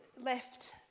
left